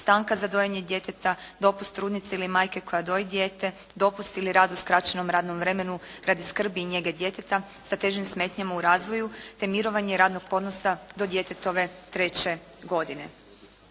stanka za dojenje djeteta, dopust trudnice ili majke koja doji dijete, dopust ili rad u skraćenom radnom vremenu radi i skrbi njege djeteta sa težim smetnjama u razvoju, te mirovanje radnog odnosa do djetetove 3. godine.